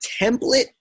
template